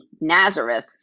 Nazareth